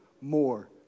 more